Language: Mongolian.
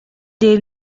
дээр